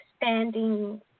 expanding